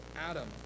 Adam